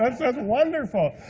that's just wonderful.